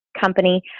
company